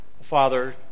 Father